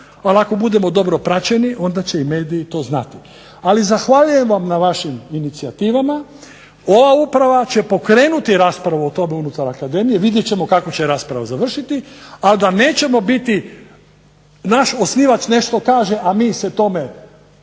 ali ako budemo dobro praćeni onda će i mediji to znati. Ali zahvaljujem vam na vašim inicijativama, ova uprava će pokrenuti raspravu o tome unutar Akademije, vidjet ćemo kako će rasprava završiti, ali da nećemo biti naš osnivač nešto kaže, a mi se tome